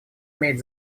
имеет